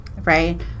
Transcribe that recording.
Right